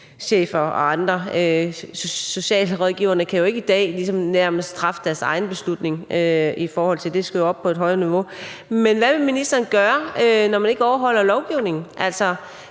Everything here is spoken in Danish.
og andre. Socialrådgiverne kan jo ikke i dag ligesom træffe deres egen beslutning – det skal jo op på et højere niveau. Men hvad vil ministeren gøre, når man ikke overholder lovgivningen?